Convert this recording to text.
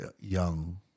young